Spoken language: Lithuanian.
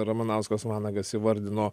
ramanauskas vanagas įvardino